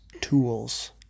tools